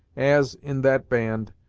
as, in that band,